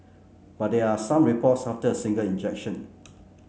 but there are some reports after a single injection